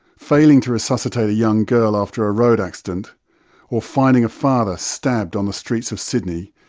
failing to resuscitate a young girl after a road accident or finding a father stabbed on the streets of sydney,